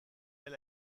elle